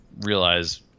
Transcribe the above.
realize